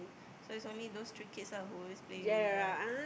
so is only those three kids lah who always play with Eva